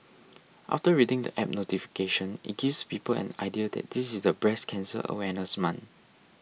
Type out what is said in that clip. after reading the app notification it gives people an idea that this is the breast cancer awareness month